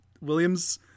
Williams